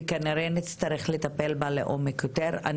וכנראה, נצטרך לטפל בה לעומק יותר.